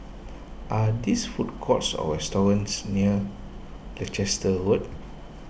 are this food courts or restaurants near Leicester Road